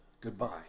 Goodbye